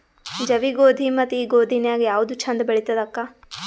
ಜವಿ ಗೋಧಿ ಮತ್ತ ಈ ಗೋಧಿ ನ್ಯಾಗ ಯಾವ್ದು ಛಂದ ಬೆಳಿತದ ಅಕ್ಕಾ?